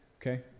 okay